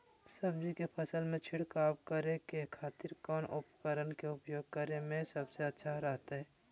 सब्जी के फसल में छिड़काव करे के खातिर कौन उपकरण के उपयोग करें में सबसे अच्छा रहतय?